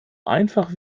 einfach